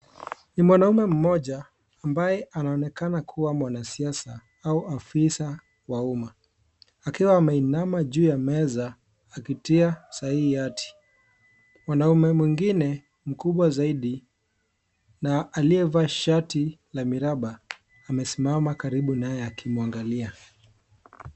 Ni mwanaume moja ambaye anaonekana kuwa mwanasiasa au afisa wa uma, akiwa ameinama juu ya meza akia sahii yati, mwanaume mwingine mkubwa zaidi na aliyevaa shati ya miraba amesimama karibu naye akimuangalia.